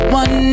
one